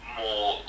more